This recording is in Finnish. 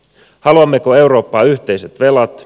haluammeko eurooppaan yhteiset velat